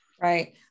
Right